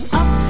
up